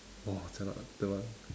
!wah! jialat ah that one